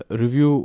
review